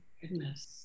Goodness